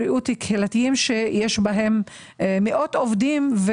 הבריאות הקהילתיים שיש בהם מאות עובדים.